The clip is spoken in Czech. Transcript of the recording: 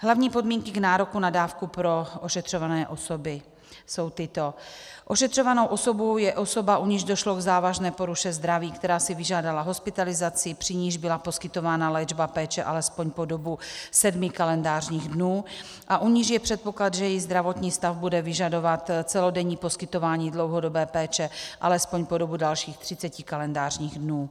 Hlavní podmínky k nároku na dávku pro ošetřované osoby jsou tyto: Ošetřovanou osobou je osoba, u níž došlo k závažné poruše zdraví, která si vyžádala hospitalizaci, při níž byla poskytována léčba a péče alespoň po dobu sedmi kalendářních dnů a u níž je předpoklad, že její zdravotní stav bude vyžadovat celodenní poskytování dlouhodobé péče alespoň po dobu dalších 30 kalendářních dnů.